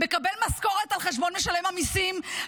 מקבל משכורת על חשבון משלם המיסים,